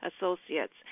associates